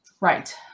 right